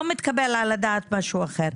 לא מתקבל על הדעת משהו אחר.